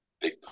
big